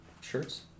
shirts